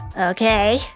Okay